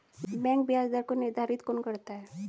Bank ब्याज दर को निर्धारित कौन करता है?